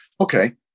okay